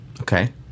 Okay